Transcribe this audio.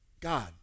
God